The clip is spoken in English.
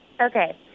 Okay